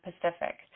Pacific